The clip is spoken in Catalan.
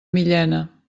millena